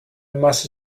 must